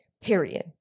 Period